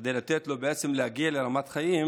כדי להגיע לרמת החיים